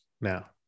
Now